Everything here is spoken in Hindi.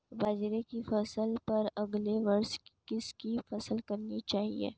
बाजरे की फसल पर अगले वर्ष किसकी फसल करनी चाहिए?